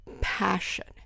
passion